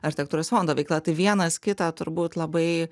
architektūros fondo veikla tai vienas kitą turbūt labai